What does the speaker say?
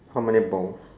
how many balls